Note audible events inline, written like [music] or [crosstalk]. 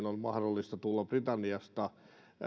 [unintelligible] on mahdollista tulla britanniasta